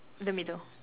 the middle